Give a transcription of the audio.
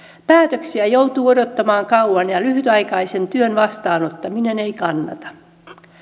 päätöksiä joutuu odottamaan kauan ja ja lyhytaikaisen työn vastaanottaminen ei kannata